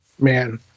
Man